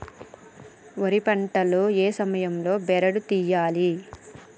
వరి పంట లో ఏ సమయం లో బెరడు లు తియ్యాలి?